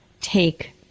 take